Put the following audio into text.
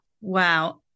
Wow